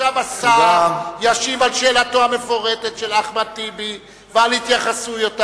עכשיו ישיב השר על שאלתו המפורטת של אחמד טיבי ועל התייחסויותיו,